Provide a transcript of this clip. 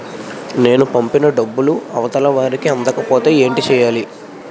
నేను పంపిన డబ్బులు అవతల వారికి అందకపోతే ఏంటి చెయ్యాలి?